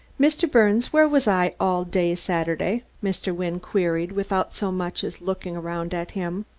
mr. birnes, where was i all day saturday? mr. wynne queried, without so much as looking around at him.